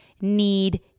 need